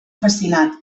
fascinat